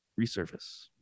resurface